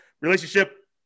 relationship